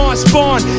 spawn